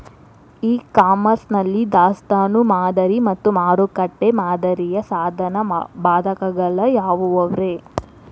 E commerce ನಲ್ಲಿ ದಾಸ್ತಾನು ಮಾದರಿ ಮತ್ತ ಮಾರುಕಟ್ಟೆ ಮಾದರಿಯ ಸಾಧಕ ಬಾಧಕಗಳ ಯಾವವುರೇ?